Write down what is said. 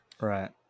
Right